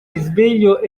risveglio